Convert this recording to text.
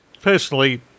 personally